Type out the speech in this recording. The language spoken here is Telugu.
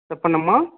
చెప్పండమ్మా